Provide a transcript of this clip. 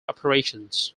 operations